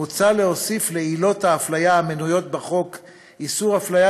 מוצע להוסיף לעילות האפליה המנויות בחוק איסור אפליה